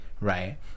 right